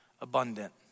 abundant